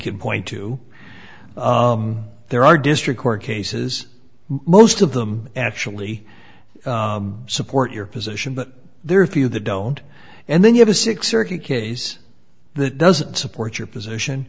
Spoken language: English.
can point to there are district court cases most of them actually support your position but there are a few that don't and then you have a six erkki case that doesn't support your position